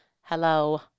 hello